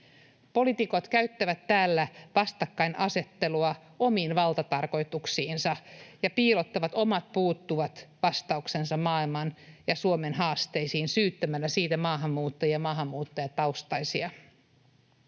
Poliitikot käyttävät täällä vastakkainasettelua omiin valtatarkoituksiinsa ja piilottavat omat puuttuvat vastauksensa maailman ja Suomen haasteisiin syyttämällä siitä maahanmuuttajia ja maahanmuuttajataustaisia.